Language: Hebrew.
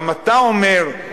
גם אתה אומר,